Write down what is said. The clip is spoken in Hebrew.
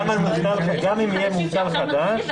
גם אם יהיה מובטל חדש,